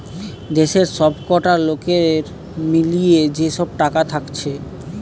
দেশের সবকটা লোকের মিলিয়ে যে সব টাকা থাকছে